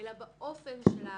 אלא באופן ההעברה.